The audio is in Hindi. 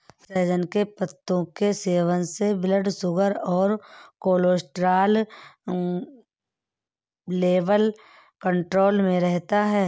सहजन के पत्तों के सेवन से ब्लड शुगर और कोलेस्ट्रॉल लेवल कंट्रोल में रहता है